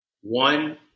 One